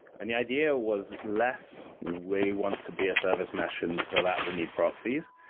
and the idea was less way want to be a service mesh. and for that, we need proxies.